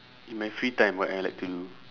in my free time what I like to do